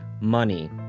Money